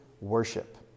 worship